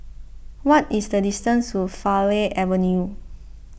what is the distance to Farleigh Avenue